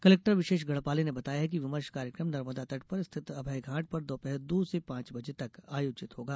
collector Vishesh Garhpale ने बताया है कि विमर्श कार्यक्रम नर्मदा तट पर स्थित अभयघाट पर दोपहर दो से पांच बजे तक आयोजित होगा